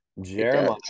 Jeremiah